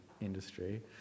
industry